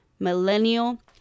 millennial